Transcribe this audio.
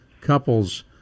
couples